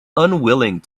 unwilling